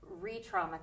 re-traumatizing